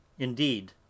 Indeed